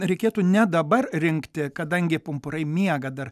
reikėtų ne dabar rinkti kadangi pumpurai miega dar